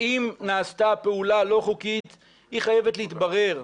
אם נעשתה פעולה לא חוקית היא חייבת להתברר.